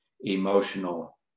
emotional